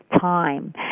time